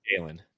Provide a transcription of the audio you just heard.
Jalen